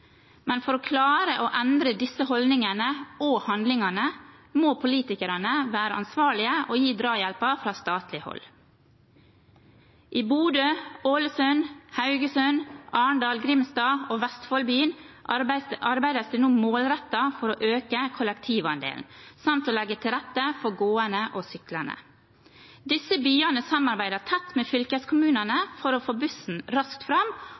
Men for å klare å endre disse holdningene og handlingene må politikerne være ansvarlige og gi drahjelp fra statlig hold. I Bodø, Ålesund, Haugesund, Arendal, Grimstad og Vestfoldbyen arbeides det nå målrettet for å øke kollektivandelen samt å legge til rette for gående og syklende. Disse byene samarbeider tett med fylkeskommunene for å få bussen raskt fram,